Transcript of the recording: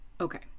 Okay